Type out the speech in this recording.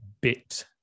bit